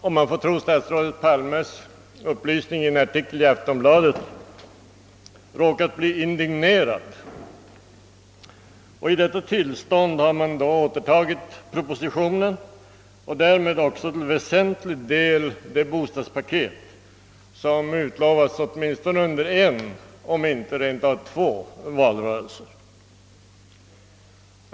Om man får tro på statsrådet Palmes upplysning i en artikel i Aftonbladet har regeringen råkat bli indignerad. I detta tillstånd har den återtagit propositionen och därmed också till väsentlig del det bostadspaket som utlovats åtminstone under en, om inte rent av under två valrörelser.